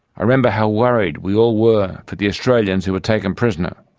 i remember how worried we all were for the australians who were taken prisoner.